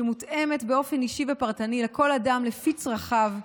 שמותאמת באופן אישי ופרטני לכל אדם לפי צרכיו,